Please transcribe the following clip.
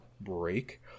break